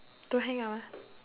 don't hang up ah